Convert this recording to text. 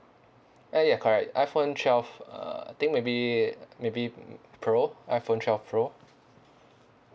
ah ya correct iphone twelve uh I think maybe maybe pro iphone twelve pro